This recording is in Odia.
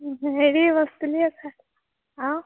ନିଜେ ଟିକେ ବସିଥିଲି ଏକା ଆଉ